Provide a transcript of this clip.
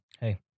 Hey